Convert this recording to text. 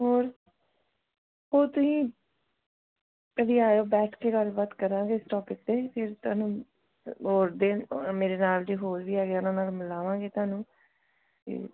ਹੋਰ ਹੋਰ ਤੁਸੀਂ ਕਦੀ ਆਇਓ ਬੈਠ ਕੇ ਗੱਲਬਾਤ ਕਰਾਂਗੇ ਇਸ ਟੋਪਿਕ 'ਤੇ ਫਿਰ ਤੁਹਾਨੂੰ ਅ ਹੋਰ ਦਿਨ ਅ ਮੇਰੇ ਨਾਲ ਦੇ ਹੋਰ ਵੀ ਹੈਗੇ ਉਨ੍ਹਾਂ ਨਾਲ ਮਿਲਾਵਾਂਗੇ ਤੁਹਾਨੂੰ ਤੇ